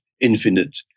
infinite